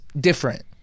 different